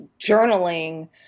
journaling